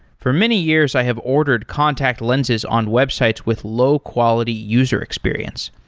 for many years i have ordered contact lenses on websites with low quality user experience.